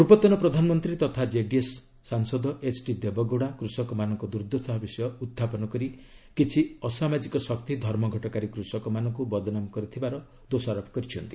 ପୂର୍ବତନ ପ୍ରଧାନମନ୍ତ୍ରୀ ତଥା ଜେଡିଏସ୍ ସାଂସଦ ଏଚ୍ଡି ଦେବଗୌଡ଼ା କୃଷକମାନଙ୍କ ଦୁର୍ଦ୍ଦଶା ବିଷୟ ଉଡ୍ଚାପନ କରି କିଛି ଅସାମାଜିକ ଶକ୍ତି ଧର୍ମଘଟକାରୀ କୃଷକମାନଙ୍କୁ ବଦନାମ କରିଥିବାର ଦୋଷାରୋପ କରିଛନ୍ତି